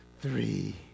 three